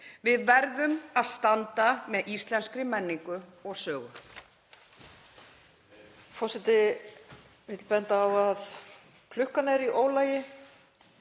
Við verðum að standa með íslenskri menningu og sögu.